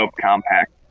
compact